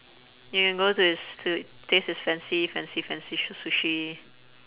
you can go this to taste this fancy fancy fancy sushi